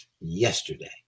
Yesterday